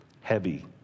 heavy